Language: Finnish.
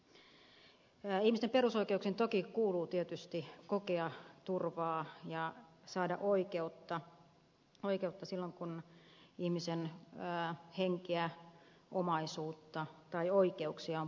ihmisten perusoikeuksiin toki kuuluu tietysti kokea turvaa ja saada oikeutta silloin kun ihmisen henkeä omaisuutta tai oikeuksia on poljettu